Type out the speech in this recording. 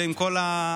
עם כל ההצקות.